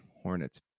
Hornets